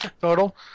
total